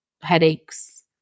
headaches